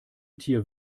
tier